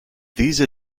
these